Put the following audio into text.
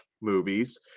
movies